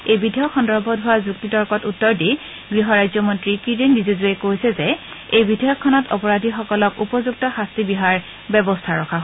এই বিধেয়ক সন্দৰ্ভত হোৱা যুক্তি তৰ্কত উত্তৰ দি গৃহ ৰাজ্যমন্ত্ৰী কিৰেণ ৰিজিজুৱে কৈছে যে এই বিধেয়কখনত অপৰাধীসকলক উপযুক্ত শাস্তি বিহাৰ ব্যৱস্থা ৰখা হৈছে